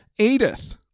edith